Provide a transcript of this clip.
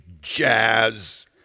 jazz